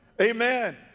Amen